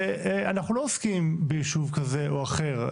אנחנו לא עוסקים ביישוב כזה או אחר.